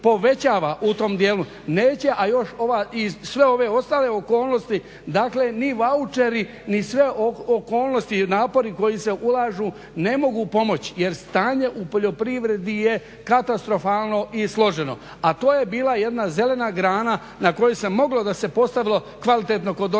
povećava u tom dijelu? A još i sve ove okolnosti. Dakle, ni vaučeri, ni sve okolnosti i napori koji se ulažu ne mogu pomoći jer stanje u poljoprivredi je katastrofalno i složeno. A to je bila jedna zelena grana na kojoj se moglo da se postavilo kvalitetno kod one